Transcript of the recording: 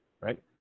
right